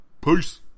Peace